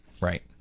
right